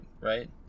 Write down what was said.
right